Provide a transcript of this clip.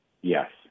Yes